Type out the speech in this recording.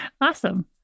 Awesome